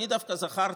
אני דווקא זכרתי,